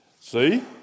See